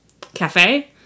cafe